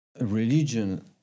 religion